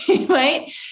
right